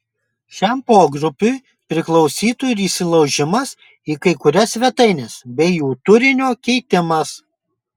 šiam pogrupiui priklausytų ir įsilaužimas į kai kurias svetaines bei jų turinio keitimas